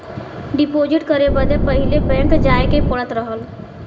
deposit करे बदे पहिले बैंक जाए के पड़त रहल